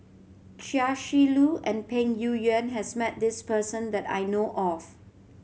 Chia Shi Lu and Peng Yuyun has met this person that I know of